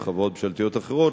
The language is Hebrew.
וחברות ממשלתיות אחרות,